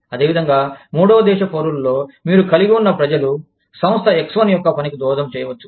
అదేవిధంగా మూడవ దేశ పౌరులలో మీరు కలిగి వున్న ప్రజలు సంస్థ X1యొక్క పనికి దోహదం చేయవచ్చు